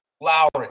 Lowry